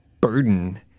burden